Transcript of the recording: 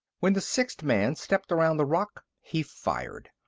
when the sixth man stepped around the rock, he fired.